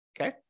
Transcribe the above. Okay